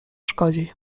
szkodzi